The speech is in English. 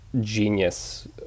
genius